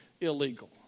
illegal